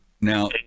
Now